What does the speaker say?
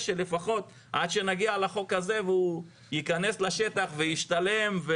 עד שנגיע לחוק הזה והוא ייכנס לשטח וישתלם,